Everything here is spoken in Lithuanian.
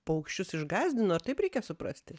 paukščius išgąsdino ar taip reikia suprasti